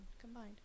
combined